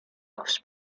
offs